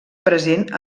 present